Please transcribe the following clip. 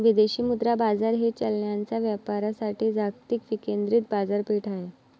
विदेशी मुद्रा बाजार हे चलनांच्या व्यापारासाठी जागतिक विकेंद्रित बाजारपेठ आहे